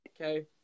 Okay